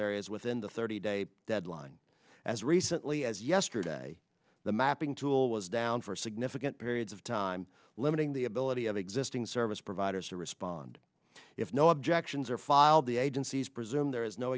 areas within the thirty day deadline as recently as yesterday the mapping tool was down for significant periods of time limiting the ability of existing service providers to respond if no objections are filed the agencies presume there is no